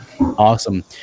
Awesome